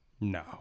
No